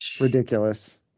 Ridiculous